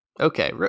okay